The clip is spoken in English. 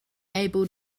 able